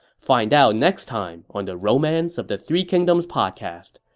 find out next time on the romance of the three kingdoms podcast.